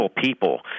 people